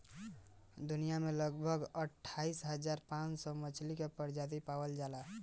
दुनिया में लगभग अठाईस हज़ार पांच सौ मछली के प्रजाति पावल जाइल जाला